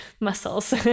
muscles